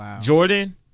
Jordan